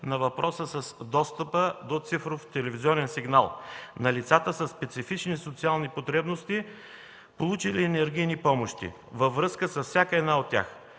на въпроса с достъпа до цифров телевизионен сигнал на лицата със специфични социални потребности, получили енергийни помощи, във връзка с всяка една от тях.